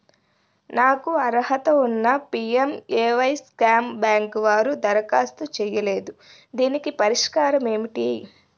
నాకు అర్హత ఉన్నా పి.ఎం.ఎ.వై స్కీమ్ బ్యాంకు వారు దరఖాస్తు చేయలేదు దీనికి పరిష్కారం ఏమిటి?